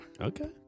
Okay